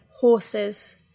horses